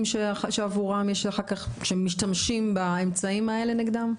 שאחר כך משתמשים באמצעים האלה נגדם?